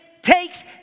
takes